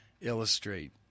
illustrate